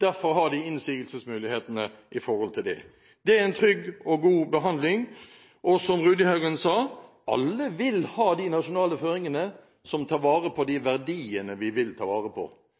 Derfor har de innsigelsesmulighetene her. Det er en trygg og god behandling. Som Rudihagen sa: Alle vil ha de nasjonale føringene som tar vare på de